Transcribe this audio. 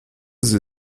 sie